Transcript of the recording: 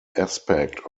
aspect